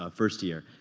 ah first year.